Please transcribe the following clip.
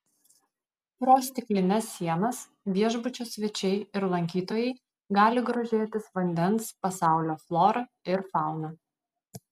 pro stiklines sienas viešbučio svečiai ir lankytojai gali grožėtis vandens pasaulio flora ir fauna